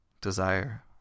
desire